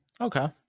Okay